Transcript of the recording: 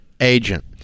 agent